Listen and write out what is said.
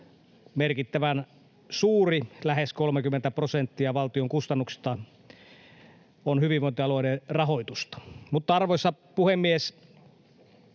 merkittävän suuri: lähes 30 prosenttia valtion kustannuksista on hyvinvointialueiden rahoitusta. Arvoisa puhemies!